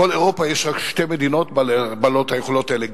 בכל אירופה יש רק שתי מדינות בעלות היכולות האלה.